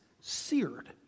seared